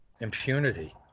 impunity